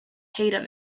tatum